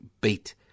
beat